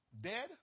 dead